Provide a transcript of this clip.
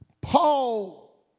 Paul